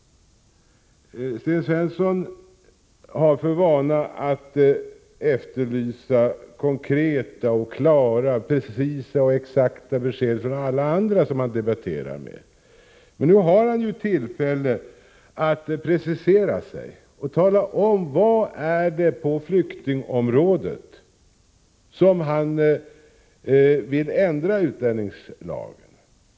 Sten Svensson har för vana att efterlysa konkreta, klara, precisa och exakta besked från alla som han debatterar med. Men nu har han ju tillfälle att precisera sig och tala om vad det är han vill ändra i utlänningslagen när det gäller flyktingområdet.